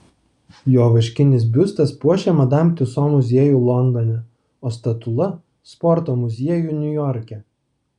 jo vaškinis biustas puošia madam tiuso muziejų londone o statula sporto muziejų niujorke